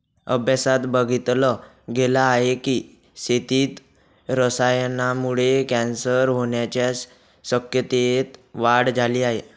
अभ्यासात बघितल गेल आहे की, शेतीत रसायनांमुळे कॅन्सर होण्याच्या शक्यतेत वाढ झाली आहे